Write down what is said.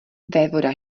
vévoda